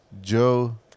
Joe